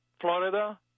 Florida